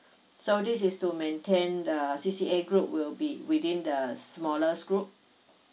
so this is to maintain the C_C_A group will be within the smaller group